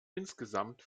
insgesamt